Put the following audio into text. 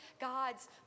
God's